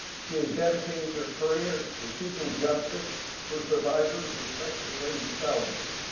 she has dedicated her career to seeking justice for survivors of sexual related felonies.